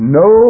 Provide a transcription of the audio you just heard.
no